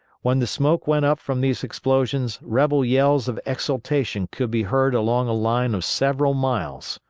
when the smoke went up from these explosions rebel yells of exultation could be heard along a line of several miles.